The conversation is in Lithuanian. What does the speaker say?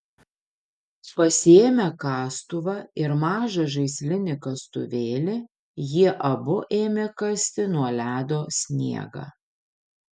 pasiėmę kastuvą ir mažą žaislinį kastuvėlį jie abu ėmė kasti nuo ledo sniegą